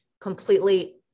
completely